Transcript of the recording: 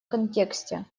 контексте